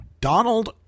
Donald